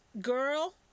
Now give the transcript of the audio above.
girl